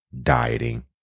dieting